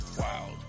Wild